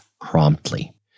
promptly